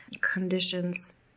conditions